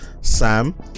Sam